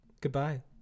goodbye